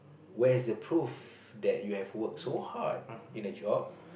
where is the proof that you have worked so hard in a job